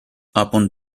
upon